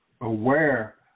aware